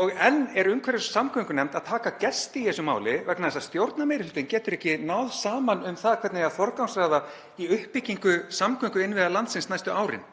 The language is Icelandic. og enn er umhverfis- og samgöngunefnd að taka inn gesti í þessu máli vegna þess að stjórnarmeirihlutinn getur ekki náð saman um það hvernig eigi að forgangsraða í uppbyggingu samgönguinnviða landsins næstu árin.